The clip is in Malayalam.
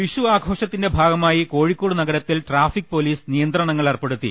വിഷു ആഘോഷത്തിന്റെ ഭാഗമായി കോഴിക്കോട് നഗരത്തിൽ ട്രാഫിക് പൊലീസ് നിയന്ത്രണങ്ങൾ ഏർപ്പെടുത്തി